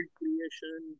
creation